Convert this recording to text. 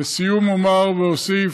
לסיום אומר ואוסיף: